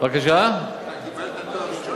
אתה קיבלת תואר ראשון?